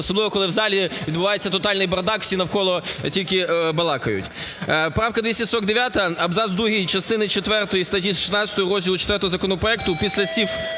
особливо, коли в залі відбувається тотальний бардак, всі навколо тільки балакають. Правка 249 абзац 2 частини четвертої статті 16 розділу IV законопроекту після слів